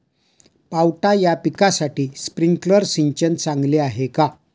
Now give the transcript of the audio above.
पावटा या पिकासाठी स्प्रिंकलर सिंचन चांगले आहे का?